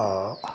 वह